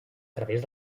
través